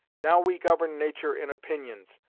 now we govern nature in opinions,